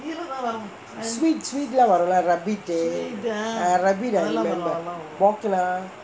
sweet sweet ah வரும்:varum leh rabbit eh rabbit I remember போக்கனா:bokkanaa